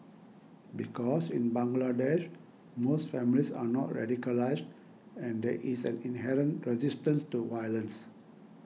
because in Bangladesh most families are not radicalised and there is an inherent resistance to violence